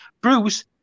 Bruce